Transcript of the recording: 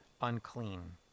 unclean